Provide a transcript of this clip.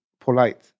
polite